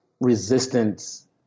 resistance